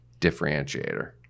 differentiator